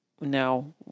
now